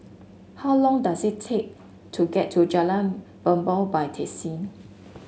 how long does it take to get to Jalan Bumbong by taxi